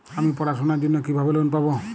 আমি পড়াশোনার জন্য কিভাবে লোন পাব?